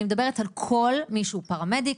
אני מדברת על כל מי שהוא פרמדיק,